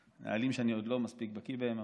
נהלים שאני עוד לא מספיק בקי בהם,